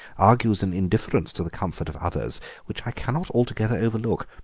argues an indifference to the comfort of others which i cannot altogether overlook.